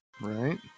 Right